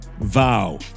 Vow